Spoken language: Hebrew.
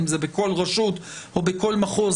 אם זה בכל רשות או בכל מחוז,